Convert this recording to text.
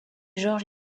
jorge